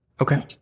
okay